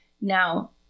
Now